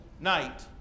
night